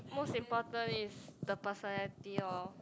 most important is the personality lor